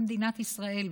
במדינת ישראל,